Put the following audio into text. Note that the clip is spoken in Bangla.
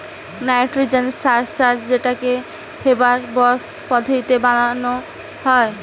নাইট্রজেন সার সার যেটাকে হেবার বস পদ্ধতিতে বানানা হয়